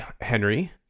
henry